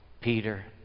Peter